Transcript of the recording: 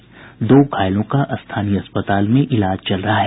वहीं दो घायलों का स्थानीय अस्पताल में इलाज चल रहा है